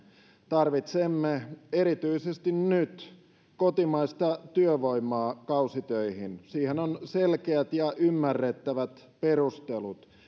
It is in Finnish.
tarvitsemme erityisesti nyt kotimaista työvoimaa kausitöihin siihen on selkeät ja ymmärrettävät perustelut